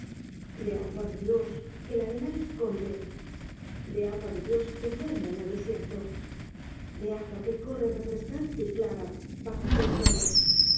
de agua de dios que el arenal esconde de agua de dios que duerme en el desierto de agua que corre refrescante y clara bajo aquel suelo del